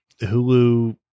Hulu